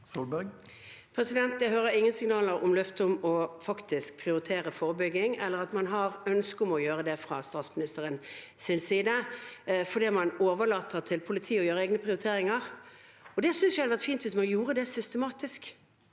Jeg hører ingen signa- ler om løfter om faktisk å prioritere forebygging eller at man har ønske om å gjøre det fra statsministerens side, for man overlater til politiet å gjøre egne prioriteringer. Det synes jeg hadde vært fint, hvis man gjorde det sys